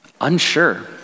unsure